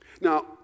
Now